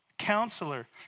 Counselor